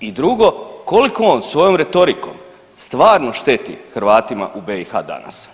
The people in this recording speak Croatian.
I drugo koliko on svojom retorikom stvarno šteti Hrvatima u BiH danas?